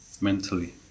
mentally